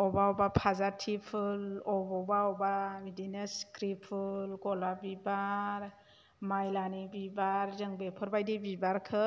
अबा अबा फाजाथि फुल अबावबा अबावबा बिदिनो सिख्रि फुल गलाफ बिबार माइलानि बिबार जों बेफोरबायदि बिबारखौ